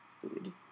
food